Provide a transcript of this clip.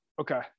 Okay